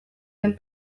den